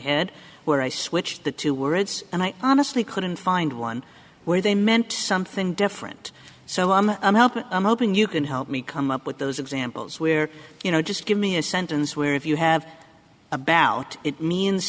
head where i switched the two words and i honestly couldn't find one where they meant something different so i'm hoping you can help me come up with those examples where you know just give me a sentence where if you have about it means